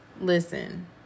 listen